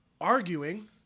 arguing